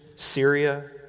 Syria